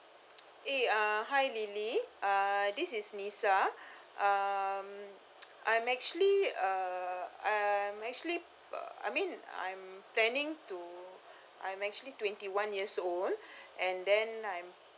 eh uh hi lily uh this is lisa um I'm actually uh I'm actually I mean I'm planning to I'm actually twenty one years old and then I'm